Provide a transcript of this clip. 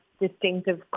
distinctive